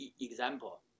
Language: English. example